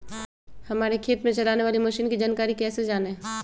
हमारे खेत में चलाने वाली मशीन की जानकारी कैसे जाने?